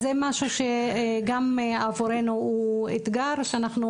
אז זה משהו שגם עבורנו הוא אתגר שאנחנו